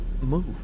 move